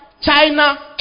China